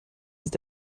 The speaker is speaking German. ist